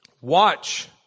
Watch